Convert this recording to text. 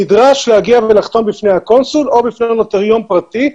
נדרש להגיע ולחתום בפני הקונסול או בפני נוטריון פרטי.